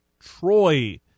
Troy